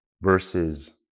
versus